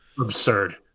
absurd